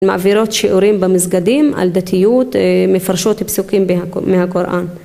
מעבירות שיעורים במסגדים על דתיות מפרשות פסוקים מהקוראן.